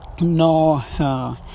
no